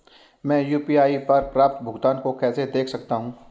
मैं यू.पी.आई पर प्राप्त भुगतान को कैसे देख सकता हूं?